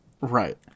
Right